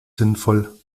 sinnvoll